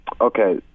Okay